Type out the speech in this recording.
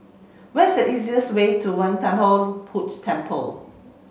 what's the easiest way to Kwan Temple Temple